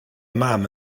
mam